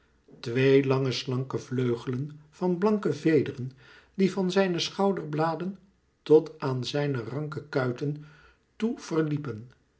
twee lange slanke vleugelen van blanke vederen die van zijne schouderbladen tot aan zijne ranke kuiten toe verliepen